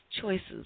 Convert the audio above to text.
Choices